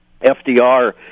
FDR